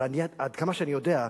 אבל עד כמה שאני יודע,